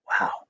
Wow